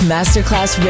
Masterclass